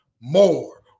more